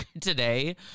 today